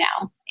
now